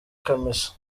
kamichi